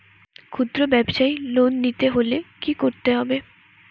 খুদ্রব্যাবসায় লোন নিতে হলে কি করতে হবে?